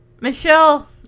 Michelle